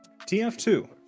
TF2